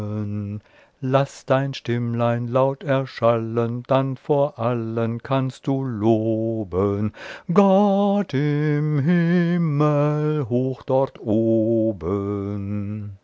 laß dein stimmlein laut erschallen dann vor allen kannst du loben gott im himmel hoch dort oben